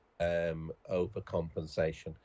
overcompensation